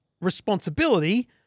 responsibility